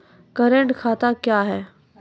Current खाता क्या हैं?